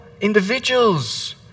individuals